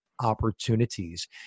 opportunities